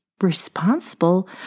responsible